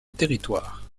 territoire